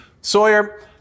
Sawyer